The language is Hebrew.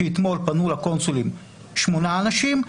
שאתמול פנו לקונסולים שמונה אנשים.